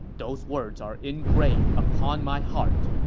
those words are engraved upon my heart,